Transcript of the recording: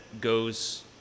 goes